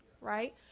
right